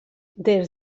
des